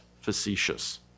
facetious